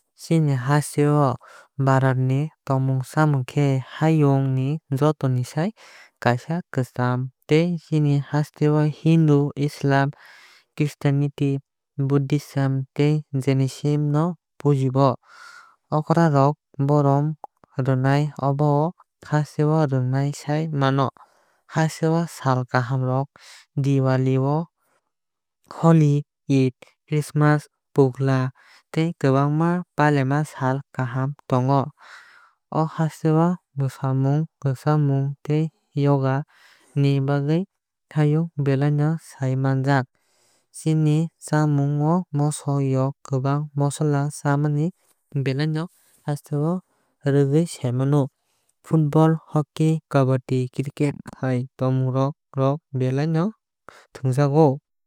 Chini haste bharat ni tongmung chamung khe hayung ni joto ni sai kaisa kwcham tei chini haste o hindu islam christianity budhism tei Jainism no puji o. Okra rok borom rumani abono haste rwgwui sai mano. O haste o sal kaham rok diwali holi eid Christmas pongla tei kwbangma palaima sal kaham tongo. O haste o mwsamung rwchabmung tei yoga ni bagwui hayung belai no sai manjak. Chini chamung o moso yok kwbang mosola chamani belai no haste rwgwui sai mano. Football hockey kabaddi cricke hai thwngmung rok belai no thwngjago.